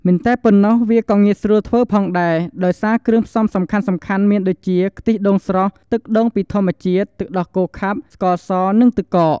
មិនតែប៉ុណ្ណោះ វាក៏ងាយស្រួលធ្វើផងដែរ ដោយសារគ្រឿងផ្សំសំខាន់ៗមានដូចជា ខ្ទិះដូងស្រស់ ទឹកដូងពីធម្មជាតិ ទឹកដោះគោខាប់ ស្ករស និងទឹកកក។